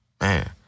Man